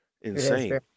Insane